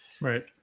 right